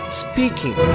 speaking